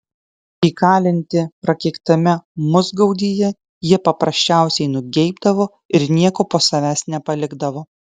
įkalinti prakeiktame musgaudyje jie paprasčiausiai nugeibdavo ir nieko po savęs nepalikdavo